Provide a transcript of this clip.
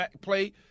play